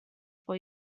for